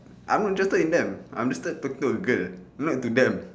I am not interested in them I am interested talk to the girl not to them